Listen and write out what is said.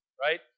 right